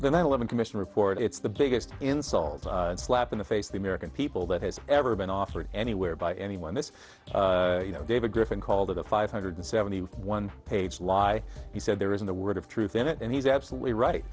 the nine eleven commission report it's the biggest insult slap in the face of the american people that has ever been offered anywhere by anyone this you know david griffin called it a five hundred seventy one page lie he said there isn't the word of truth in it and he's absolutely right